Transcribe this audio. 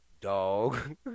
Dog